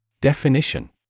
Definition